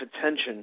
attention